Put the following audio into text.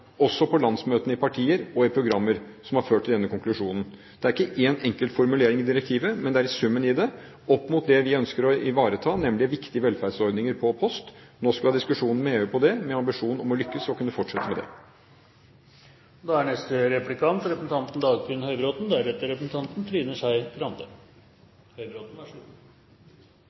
også på landsmøtene i partier og i programmer – som har ført til denne konklusjonen. Det er ikke én enkelt formulering i direktivet, men det er summen i det, opp mot det vi ønsker å ivareta, nemlig viktige velferdsordninger når det gjelder post. Nå skal vi ha diskusjonen med EU på det. Vi har ambisjon om å kunne lykkes for å kunne fortsette med det.